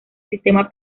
sistema